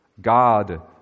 God